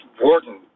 warden